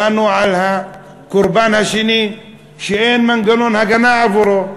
באנו אל הקורבן השני שאין מנגנון הגנה עבורו,